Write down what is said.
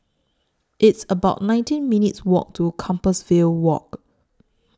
It's about nineteen minutes' Walk to Compassvale Walk